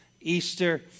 Easter